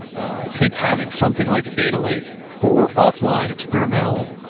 i think having something like a data lake for offline experimental